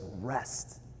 rest